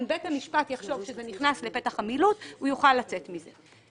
אם בית המשפט יחשוב שזה נכנס לפתח המילוט אזי הוא יוכל לצאת מזה.